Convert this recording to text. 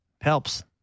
Helps